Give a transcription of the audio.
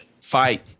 Fight